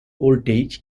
electronic